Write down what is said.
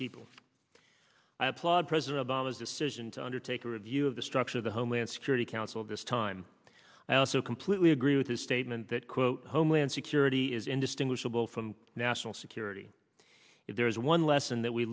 people i applaud president obama's decision to undertake a review of the structure of the homeland security council this time i also completely agree with his statement that quote homeland security is indistinguishable from national security if there's one lesson that we